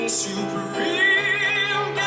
supreme